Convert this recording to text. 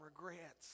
regrets